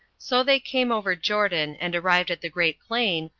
so they came over jordan, and arrived at the great plain,